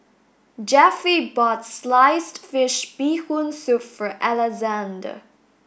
Jeffie bought sliced fish Bee Hoon Soup for Alexandr